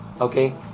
okay